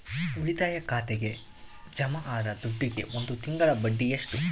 ಉಳಿತಾಯ ಖಾತೆಗೆ ಜಮಾ ಆದ ದುಡ್ಡಿಗೆ ಒಂದು ತಿಂಗಳ ಬಡ್ಡಿ ಎಷ್ಟು?